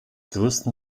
größten